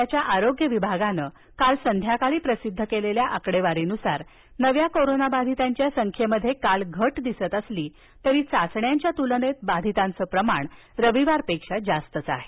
राज्याच्या आरोग्यविभागानं काल संध्याकाळी प्रसिद्ध केलेल्या आकडेवारीनुसार नव्या कोरोनाबाधितांच्या संख्येत काल घट दिसत असली तरी चाचण्यांच्या तुलनेत बाधितांचं प्रमाण रविवारपेक्षा जास्तच आहे